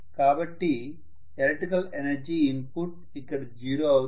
కాబట్టి electrical energy input ఇక్కడ zero అవుతుంది